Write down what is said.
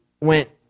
went